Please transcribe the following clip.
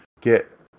get